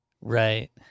Right